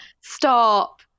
Stop